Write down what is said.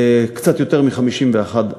קצת יותר מ-51%.